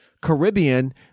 Caribbean